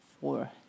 four